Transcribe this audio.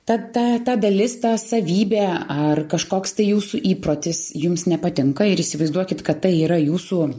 ta ta ta dalis ta savybė ar kažkoks tai jūsų įprotis jums nepatinka ir įsivaizduokit kad tai yra jūsų